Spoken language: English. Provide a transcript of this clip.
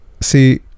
see